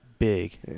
Big